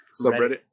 subreddit